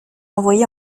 envoyé